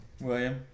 William